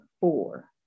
four